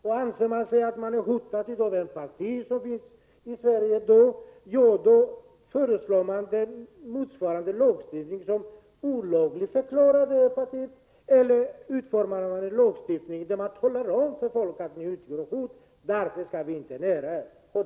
Och anser man sig vara hotad av något parti som finns i Sverige, föreslår man en lagstiftning som olagligförklarar det partiet eller utformar i varje fall en lagstiftning där man talar om för folk att de utgör ett hot. Har detta gjorts? Nej.